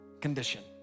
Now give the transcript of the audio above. condition